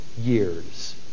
years